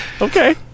Okay